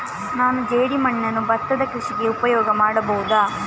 ನಾನು ಜೇಡಿಮಣ್ಣನ್ನು ಭತ್ತದ ಕೃಷಿಗೆ ಉಪಯೋಗ ಮಾಡಬಹುದಾ?